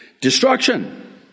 destruction